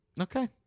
Okay